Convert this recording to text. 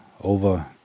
over